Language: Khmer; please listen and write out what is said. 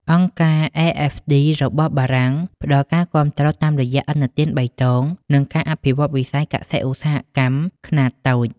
អង្គការ AFD (របស់បារាំង) ផ្ដល់ការគាំទ្រតាមរយៈ "ឥណទានបៃតង" និងការអភិវឌ្ឍវិស័យកសិ-ឧស្សាហកម្មខ្នាតតូច។